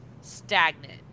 stagnant